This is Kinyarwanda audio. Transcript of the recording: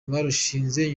barushinze